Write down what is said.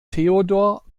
theodor